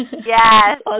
Yes